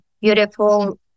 beautiful